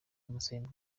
amusaba